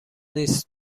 نیست